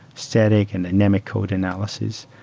static and dynamic code analysis.